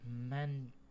men